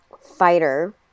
fighter